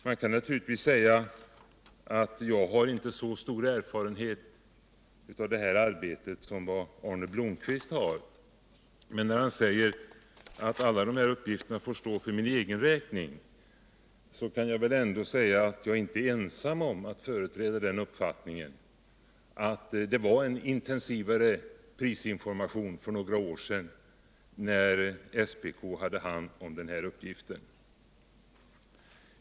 Man kan naturligtvis säga att jag inte har lika stor erfarenhet av det här arbetet som Arne Blomkvist, men när han säger att alla dessa uppgifter får stå för min egen räkning, så kan jag ändå säga att jag inte är ensam om att företräda uppfattningen att det var en intensivare prisinformation för några år sedan, när SPK hade hand om uppgiften.